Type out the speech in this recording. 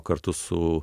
kartu su